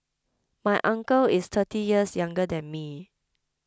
my uncle is thirty years younger than me